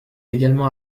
également